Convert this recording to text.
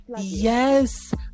yes